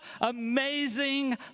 amazing